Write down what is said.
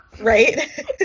right